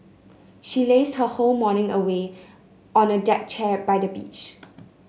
she lazed her whole morning away on a deck chair by the beach